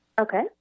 Okay